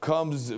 comes